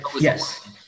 yes